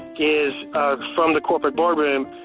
is from the corporate board room,